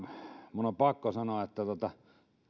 minun on pakko sanoa että